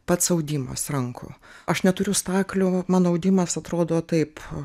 pats audimas rankų aš neturiu staklių mano audimas atrodo taip